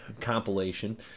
compilation